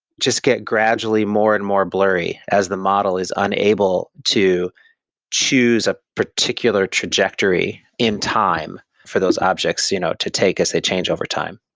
just get gradually more and more blurry as the model is unable to choose a particular trajectory in time for those objects you know to take as they change over time